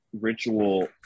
ritual